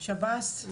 שב"ס?